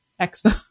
expo